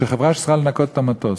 בחברה שצריכה לנקות את המטוס.